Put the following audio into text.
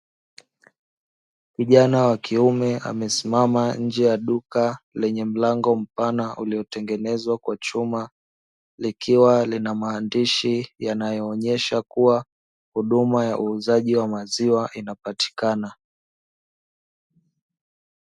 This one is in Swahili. Kijana wa kiume amesimama nje ya duka lenye mlango mpana uliotengenezwa kwa chuma, likiwa lina maandishi yanayoonyesha kuwa huduma ya uuzaji wa maziwa inapatikana.